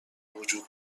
وجود